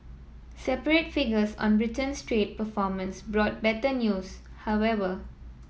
separate figures on Britain's trade performance brought better news however